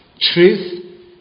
Truth